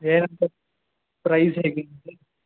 ಏನಂತ ಪ್ರೈಸ್ ಹೇಗೆ